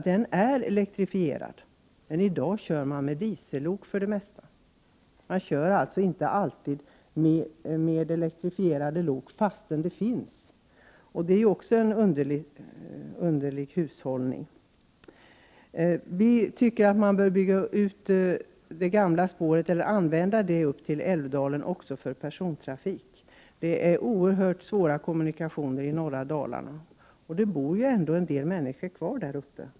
Den är elektrifierad, men i dag kör man för det mesta med diesellok. Man kör alltså inte alltid med elektriska lok fastän sådana finns. Det är också en underlig hushållning. Vi tycker att man bör använda det gamla spåret till Älvdalen också för persontrafik. Det är oerhört svåra kommunikationer i norra Dalarna, och det bor ju ändå en del människor där uppe.